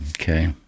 Okay